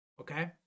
Okay